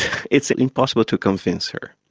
it's impossible to convince her.